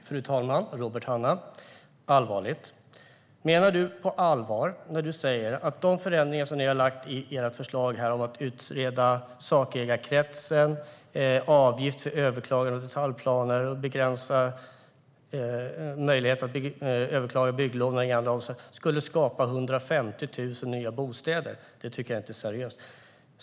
Fru talman! Menar du allvar, Robert Hannah, när du säger att de förändringar som finns i era förslag om att utreda sakägarkretsen, avgift för överklagande av detaljplaner och att begränsa möjlighet att överklaga bygglov skulle skapa 150 000 nya bostäder? Det tycker jag inte är seriöst.